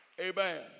Amen